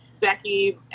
Becky